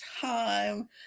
time